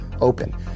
open